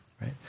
right